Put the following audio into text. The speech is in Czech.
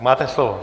Máte slovo.